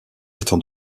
étant